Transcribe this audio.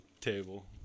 table